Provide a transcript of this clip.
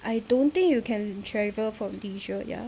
I don't think you can travel for leisure ya